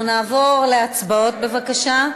אנחנו נעבור להצבעות, בבקשה,